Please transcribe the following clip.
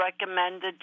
recommended